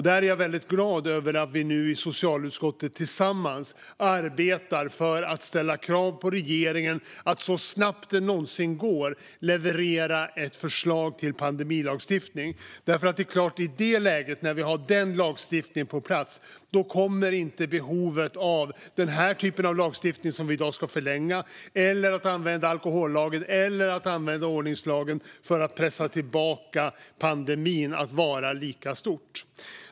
Där är jag väldigt glad över att vi nu i socialutskottet tillsammans arbetar för att ställa krav på regeringen att så snabbt det någonsin går leverera ett förslag till pandemilagstiftning. I det läget, när vi har den lagstiftningen på plats, kommer inte behovet att vara lika stort av den här typen av lagstiftning som vi i dag ska förlänga eller av att använda alkohollagen eller ordningslagen för att pressa tillbaka pandemin.